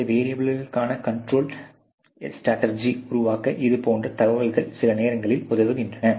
இந்த வெரியபிள்களுக்கான கண்ட்ரோல் ஸ்ட்ராட்டஜியை உருவாக்க இதுபோன்ற தகவல்கள் சில நேரங்களில் உதவுகின்றன